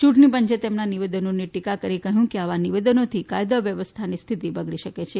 ચૂંટણી પંચે તેમના નિવેદનોની ટીકા કરી કહ્યું કે આવા નિવેદનોથી કાયદો વ્યવસ્થાની સ્થિતિ બગડી શકે છે